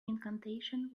incantation